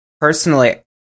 personally